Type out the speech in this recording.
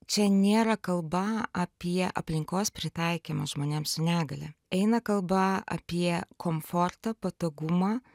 čia nėra kalba apie aplinkos pritaikymą žmonėms su negalia eina kalba apie komfortą patogumą